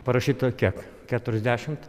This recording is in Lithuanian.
parašyta kiek keturiasdešimt